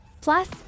Plus